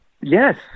yes